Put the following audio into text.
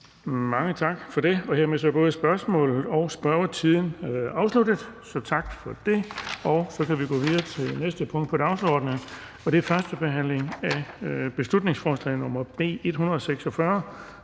Mange tak for det. Hermed er både spørgsmålet og spørgetiden afsluttet, så tak for det. --- Det næste punkt på dagsordenen er: 3) 1. behandling af beslutningsforslag nr. B 146: